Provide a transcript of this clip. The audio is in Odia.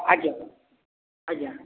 ଆଜ୍ଞା ଆଜ୍ଞା